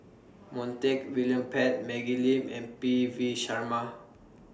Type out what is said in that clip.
Montague William Pett Maggie Lim and P V Sharma